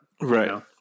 Right